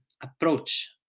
approach